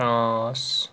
France